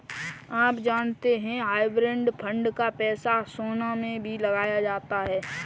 आप जानते है हाइब्रिड फंड का पैसा सोना में भी लगाया जाता है?